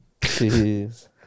Jeez